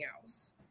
else